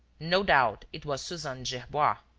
no doubt it was suzanne gerbois.